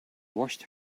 washed